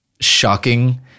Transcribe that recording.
shocking